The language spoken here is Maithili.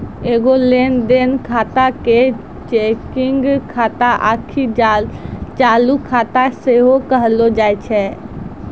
एगो लेन देन खाता के चेकिंग खाता आकि चालू खाता सेहो कहलो जाय छै